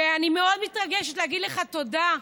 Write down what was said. ואני מאוד מתרגשת להגיד לך תודה.